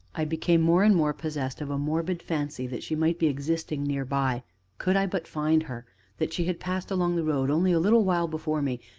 i became more and more possessed of a morbid fancy that she might be existing near by could i but find her that she had passed along the road only a little while before me,